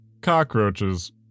Cockroaches